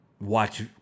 watch